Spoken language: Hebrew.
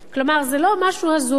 כלומר זה לא משהו הזוי,